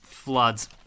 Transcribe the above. Floods